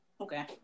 Okay